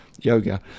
yoga